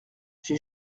j’ai